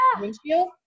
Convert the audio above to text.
windshield